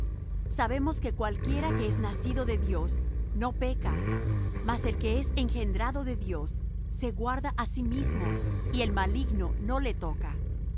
sabemos que cualquiera que es nacido de dios no peca mas el que es engendrado de dios se guarda á sí mismo y el maligno no le toca